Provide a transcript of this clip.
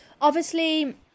obviously-